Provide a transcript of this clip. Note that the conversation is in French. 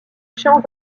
chants